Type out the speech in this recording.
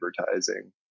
advertising